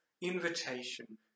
invitation